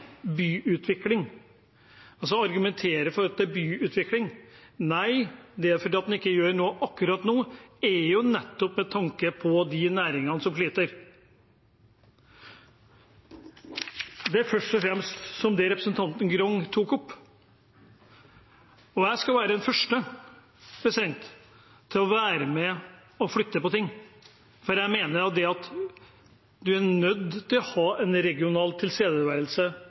byutvikling. Nei, for når en ikke gjør noe akkurat nå, er det jo nettopp med tanke på de næringene som sliter. Det er først og fremst som det representanten Grung tok opp. Jeg skal være den første til å være med på å flytte på ting, for jeg mener at en er nødt til å ha regional tilstedeværelse